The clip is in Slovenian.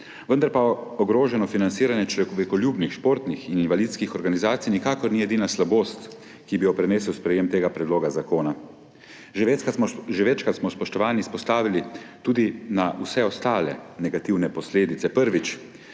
Vendar pa ogroženo financiranje človekoljubnih športnih in invalidskih organizacij nikakor ni edina slabost, ki bi jo prineslo sprejetje tega predloga zakona. Že večkrat smo, spoštovani, izpostavili tudi vse ostale negativne posledice.